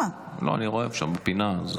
אני רואה שם בפינה.